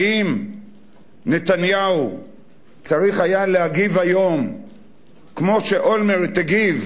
האם נתניהו היה צריך להגיב היום כמו שאולמרט הגיב